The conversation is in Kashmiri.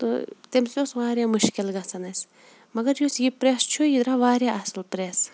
تہٕ تمہِ سۭتۍ اوس واریاہ مُشکل گژھان اَسہِ مگر یُس یہِ پرٛٮ۪س چھُ یہِ درٛاو واریاہ اَصٕل پرٛٮ۪س